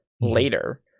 later